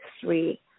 three